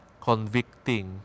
convicting